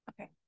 Okay